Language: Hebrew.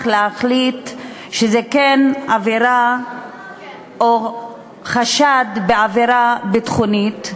להחליט שזו כן עבירה או חשד לעבירה ביטחונית.